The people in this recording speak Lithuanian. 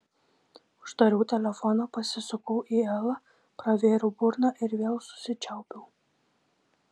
uždariau telefoną pasisukau į elą pravėriau burną ir vėl susičiaupiau